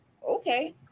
Okay